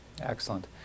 Excellent